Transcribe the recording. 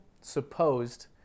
supposed